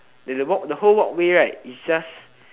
there's a walk~ the whole walkway right is just